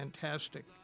fantastic